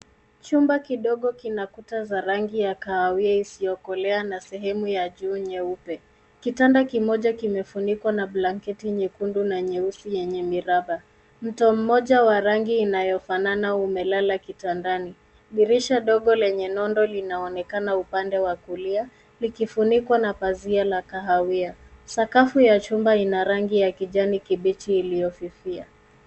Chumba kidogo kina kuta za rangi ya kahawia isiyokolea na sehemu ya juu nyeupe. Kitanda kimoja kimefunikwa na blanketi nyekundu na nyeusi yenye miraba. Mto mmoja wa rangi inayofanana umelala kitandani. Dirisha dogo lenye nondo linaonekana upande wa kulia likifunikwa na pazia la kahawia. Sakafu ya chumba ina rangi ya kijani kibichi iliyofifia.